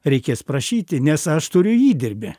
reikės prašyti nes aš turiu įdirbį